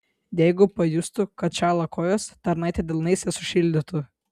jeigu pajustų kad šąla kojos tarnaitė delnais jas šildytų